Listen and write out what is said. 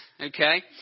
okay